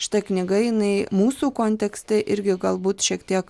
šita knyga jinai mūsų kontekste irgi galbūt šiek tiek